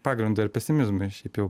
pagrindo ir pesimizmo šiaip jau